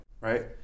right